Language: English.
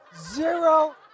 Zero